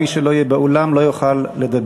מי שלא יהיה באולם לא יוכל לדבר.